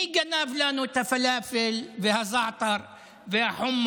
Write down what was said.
מי גנב לנו את הפלאפל והזעתר והחומוס?